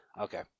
Okay